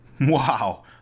Wow